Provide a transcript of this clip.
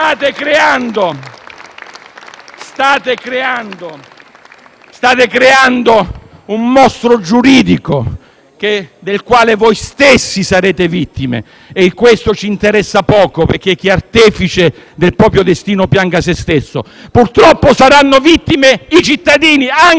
State creando un mostro giuridico, del quale voi stessi sarete vittime, ma questo ci interessa poco, perché chi è artefice del proprio destino pianga se stesso; purtroppo, però, ne saranno vittima i cittadini, anche quelli che vi hanno votato